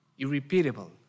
irrepeatable